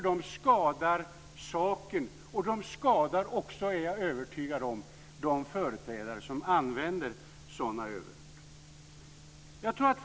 De skadar saken, och jag är övertygad om att de också skadar de företrädare som använder sådana överord.